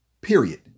period